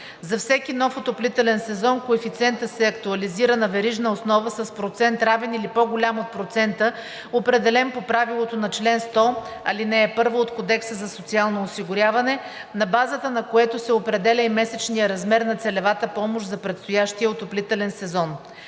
За всеки нов отоплителен сезон коефициентът се актуализира на верижна основа с процент, равен или по-голям от процента, определен по правилото на чл. 100, ал. 1 от Кодекса за социално осигуряване, на базата на което се определя и месечният размер на целевата помощ за предстоящия отоплителен сезон,